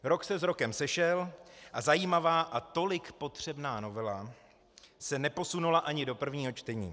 Rok se s rokem sešel a zajímavá a tolik potřebná novela se neposunula ani do prvního čtení.